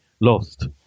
lost